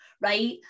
Right